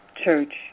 church